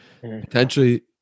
potentially